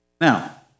Now